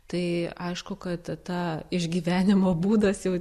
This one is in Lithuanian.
tai aišku kad tą išgyvenimo būdas jau